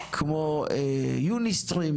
כמו יוניסטרים,